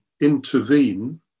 intervene